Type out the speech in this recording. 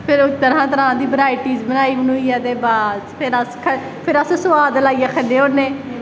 फिर तरां तरां दी बराईटीस बनाई बनुईयै ते ओह्दे बाद फिर अस खन्ने फिर अस सोआद लाईयै खन्ने होने